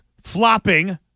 flopping